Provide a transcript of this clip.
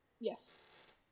Yes